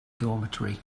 dormitory